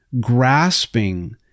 grasping